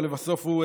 אבל לבסוף הוא,